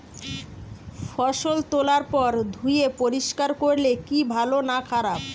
ফসল তোলার পর ধুয়ে পরিষ্কার করলে কি ভালো না খারাপ?